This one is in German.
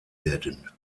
werden